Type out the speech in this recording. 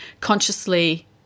consciously